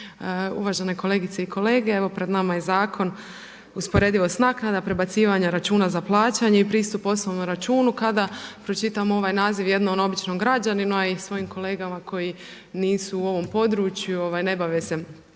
Uvažene kolegice i kolege, evo pred nama je zakon usporedivost naknada, prebacivanja računa za plaćanje i pristup osobnom računu. Kada pročitam ovaj naziv jednom običnom građaninu, a i svojim kolegama koji nisu u ovom području, ne bave se